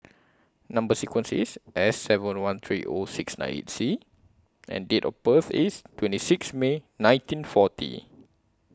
Number sequence IS S seven one three O six nine eight C and Date of birth IS twenty six May nineteen forty